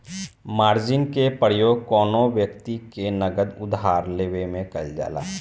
margin के प्रयोग कौनो व्यक्ति से नगद उधार लेवे में कईल जाला